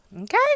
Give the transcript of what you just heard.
okay